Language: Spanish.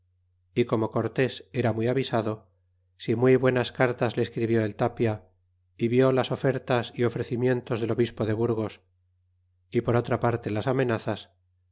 y como cortés era muy avisado si muy buenas cartas le escribió el tapia y vió las ofertas y ofrecimientos del obispo de burgos y por otra parte las amenazas